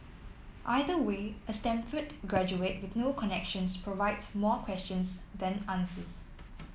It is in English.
either way a Stanford graduate with no connections provides more questions than answers